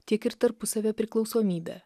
tiek ir tarpusavio priklausomybę